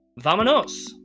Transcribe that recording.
¡Vámonos